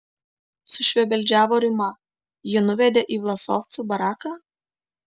sušvebeldžiavo rima jį nuvedė į vlasovcų baraką